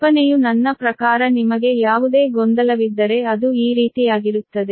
ಕಲ್ಪನೆಯು ನನ್ನ ಪ್ರಕಾರ ನಿಮಗೆ ಯಾವುದೇ ಗೊಂದಲವಿದ್ದರೆ ಅದು ಈ ರೀತಿಯಾಗಿರುತ್ತದೆ